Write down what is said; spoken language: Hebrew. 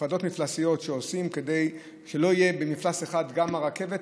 הפרדות מפלסיות כדי שלא יהיה במפלס אחד גם רכבת,